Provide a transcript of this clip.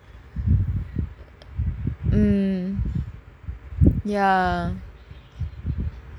mm ya